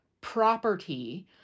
property